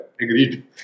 agreed